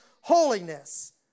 holiness